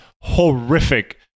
horrific